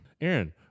Aaron